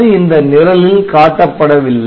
அது இந்த நிரலில் காட்டப்படவில்லை